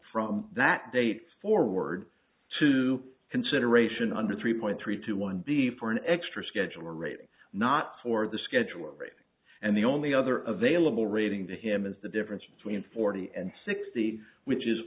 from that date forward to consideration under three point three two one b for an extra schedule rating not for the scheduling and the only other of vailable reading to him is the difference between forty and sixty which is